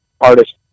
artist